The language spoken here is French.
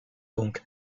donc